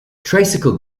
tricycle